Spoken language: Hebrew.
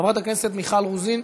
חברת הכנסת מיכל רוזין,